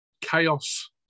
chaos